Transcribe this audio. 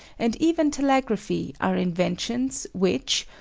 and even telegraphy are inventions which,